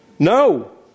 No